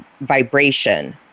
vibration